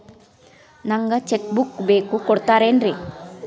ನಂಗ cheque book ಬೇಕು ಕೊಡ್ತಿರೇನ್ರಿ?